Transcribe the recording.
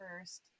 first